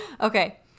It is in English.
Okay